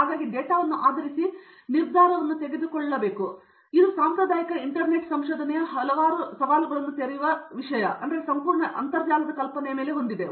ಹಾಗಾಗಿ ಡೇಟಾವನ್ನು ಆಧರಿಸಿ ನಿರ್ಧಾರವನ್ನು ತೆಗೆದುಕೊಳ್ಳುವ ಯಾರಾದರೂ ಇರಬೇಕು ಆದ್ದರಿಂದ ಸಾಂಪ್ರದಾಯಿಕ ಇಂಟರ್ನೆಟ್ ಸಂಶೋಧನೆಯ ಹಲವಾರು ಸವಾಲುಗಳನ್ನು ತೆರೆದಿರುವ ವಿಷಯಗಳ ಸಂಪೂರ್ಣ ಕಲ್ಪನೆ ಈ ಅಂತರ್ಜಾಲ